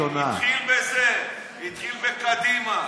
כשאומרים לשר "קנגורו",